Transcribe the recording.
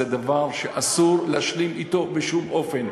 זה דבר שאסור להשלים אתו בשום אופן.